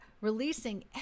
releasing